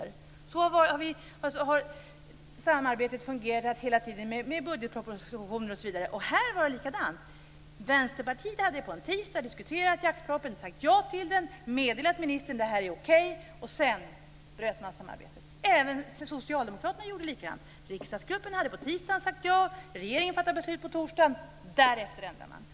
Så har samarbetet fungerat hela tiden, t.ex. med budgetpropositioner. Här var det likadant. Vänsterpartiet hade på en tisdag diskuterat jaktpropositionen och sagt ja till den. Man hade meddelat ministern att det var okej, och sedan bröt man samarbetet. Socialdemokraterna gjorde likadant. Riksdagsgruppen hade på tisdagen sagt ja. Regeringen fattade beslut på torsdagen. Därefter ändrade man sig.